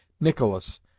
Nicholas